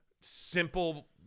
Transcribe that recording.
simple